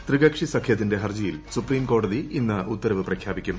ത്രികക്ഷി സഖ്യത്തിന്റെ ഹർജിയിൽ സൂപ്രീംകോടതി ഇന്ന് ഉത്തരവ് പ്രഖ്യാപിക്കും